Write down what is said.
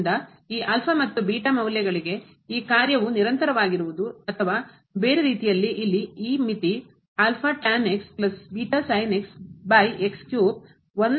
ಆದ್ದರಿಂದ ಈ ಮತ್ತು ಮೌಲ್ಯಗಳಿಗೆ ಈ ಕಾರ್ಯವು ನಿರಂತರವಾಗುವುದು ಅಥವಾ ಬೇರೆ ರೀತಿಯಲ್ಲಿ ಇಲ್ಲಿ ಈ ಮಿತಿ ಆಗಿ ಪರಿಣಮಿಸುತ್ತದೆ